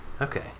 Okay